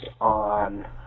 on